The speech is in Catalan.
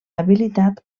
habilitat